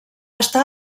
està